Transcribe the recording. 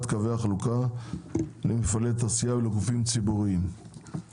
קווי החלוקה למפעלי תעשייה ולגופים ציבוריים.